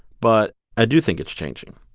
but i do think it's changing